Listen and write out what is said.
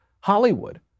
Hollywood